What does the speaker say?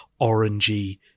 orangey